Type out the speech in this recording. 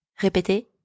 répétez